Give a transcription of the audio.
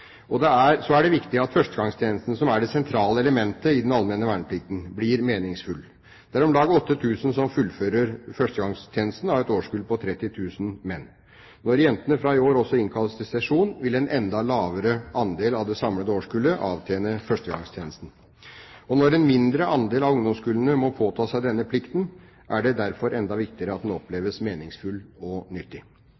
Så er det viktig at førstegangstjenesten, som er det sentrale elementet i den allmenne verneplikten, blir meningsfull. Det er om lag 8 000 som fullfører førstegangstjenesten av et årskull på 30 000 mann. Når jentene fra i år av også innkalles til sesjon, vil en enda lavere andel av det samlede årskullet avtjene førstegangstjeneste. Når en mindre andel av ungdomskullene må påta seg denne plikten, er det derfor enda viktigere at den